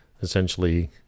essentially